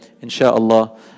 inshallah